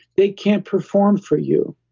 they can't perform for you.